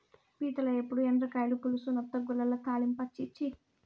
పీతల ఏపుడు, ఎండ్రకాయల పులుసు, నత్తగుల్లల తాలింపా ఛీ ఛీ